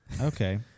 okay